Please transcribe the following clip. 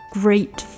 great